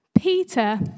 Peter